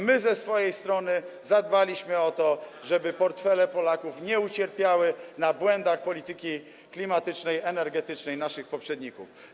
My ze swojej strony zadbaliśmy o to, żeby portfele Polaków nie ucierpiały z powodu błędów polityki klimatycznej, energetycznej naszych poprzedników.